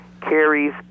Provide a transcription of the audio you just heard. carries